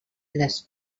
les